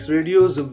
Radio's